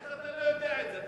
איך אתה לא יודע את זה?